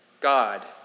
God